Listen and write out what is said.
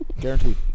Guaranteed